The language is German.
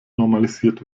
normalisiert